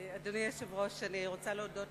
אדוני היושב-ראש, אני רוצה להודות